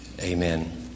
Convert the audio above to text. Amen